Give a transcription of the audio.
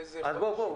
באיזה חודש היא.